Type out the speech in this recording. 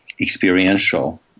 experiential